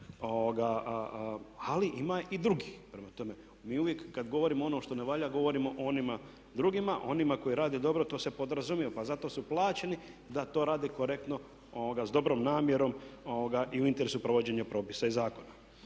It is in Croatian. ali ima i drugih. Mi uvijek kad govorimo ono što ne valja, govorimo o onima drugima, a onima koji rade dobro, to se podrazumijeva. Pa zato su plaćeni da to rade korektno s dobrom namjerom i u interesu provođenja propisa i zakona.